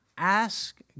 ask